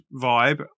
vibe